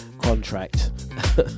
contract